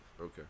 Okay